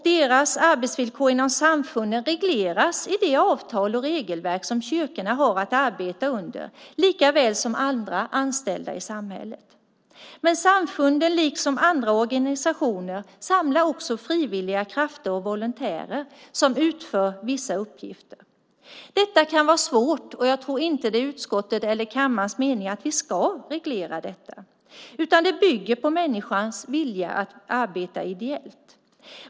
Deras arbetsvillkor inom samfunden regleras i de avtal och regelverk som kyrkorna har att arbeta under likaväl som andra anställda i samhället. Men samfunden liksom andra organisationer samlar också frivilliga krafter och volontärer som utför vissa uppgifter. Detta kan vara svårt, och jag tror inte det är utskottets eller kammarens mening att vi ska reglera detta. Det bygger på människors vilja att arbeta ideellt.